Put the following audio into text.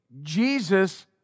Jesus